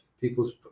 people's